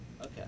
Okay